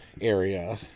area